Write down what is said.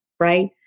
right